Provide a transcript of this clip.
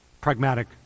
pragmatic